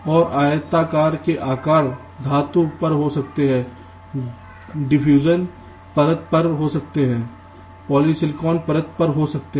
और आयताकार के आकार धातु पर हो सकते हैं diffusion परत पर हो सकते हैं पॉलीसिलिकॉन परत पर हो सकते हैं